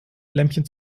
lämpchen